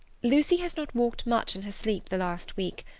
lucy has not walked much in her sleep the last week,